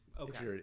Okay